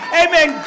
amen